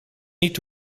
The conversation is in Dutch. niet